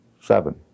seven